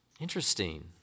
Interesting